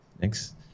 Thanks